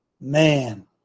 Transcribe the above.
Man